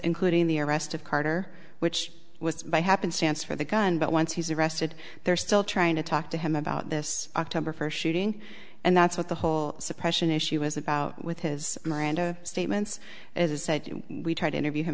including the arrest of carter which was by happenstance for the gun but once he's arrested they're still trying to talk to him about this october first shooting and that's what the whole suppression issue was about with his miranda statements it is said we tried to interview him